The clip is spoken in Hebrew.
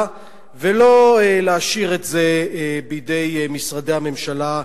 ולא להשאיר את זה בידי משרדי הממשלה השונים.